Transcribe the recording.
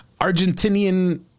Argentinian